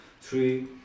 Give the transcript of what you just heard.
Three